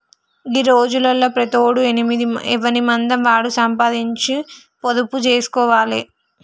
గీ రోజులల్ల ప్రతోడు ఎవనిమందం వాడు సంపాదించి పొదుపు జేస్కోవాలె